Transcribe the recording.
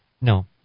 No